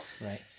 right